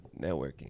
networking